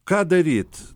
ką daryt